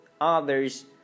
others